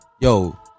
Yo